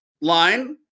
line